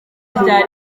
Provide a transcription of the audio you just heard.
rya